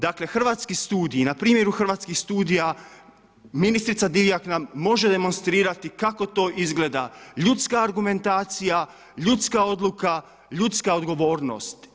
Dakle, Hrvatski studiji na primjeru Hrvatskih studija ministrica Divjak nam može demonstrirati kako to izgleda ljudska argumentacija, ljudska odluka, ljudska odgovornost.